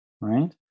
right